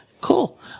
Cool